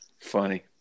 Funny